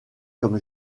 comme